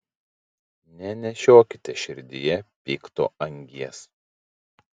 nenešiokite širdyje pikto angies